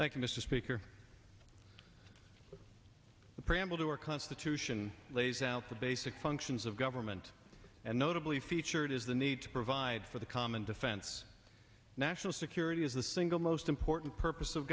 you mr speaker the preamble to our constitution lays out the base functions of government and notably featured is the need to provide for the common defense national security is the single most important purpose of